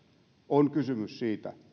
on kysymys siitä